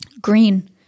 green